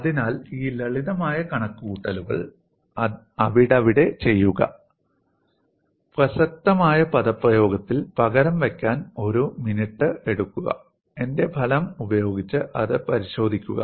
അതിനാൽ ഈ ലളിതമായ കണക്കുകൂട്ടലുകൾ അവിടവിടെ ചെയ്യുക പ്രസക്തമായ പദപ്രയോഗത്തിൽ പകരം വയ്ക്കാൻ ഒരു മിനിറ്റ് എടുക്കുക എന്റെ ഫലം ഉപയോഗിച്ച് അത് പരിശോധിക്കുക